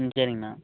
ம் சரிங்கண்ணா